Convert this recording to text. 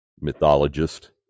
mythologist